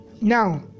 now